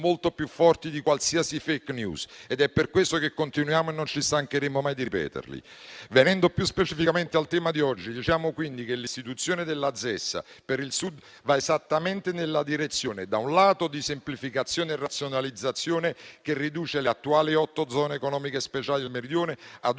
Grazie a tutti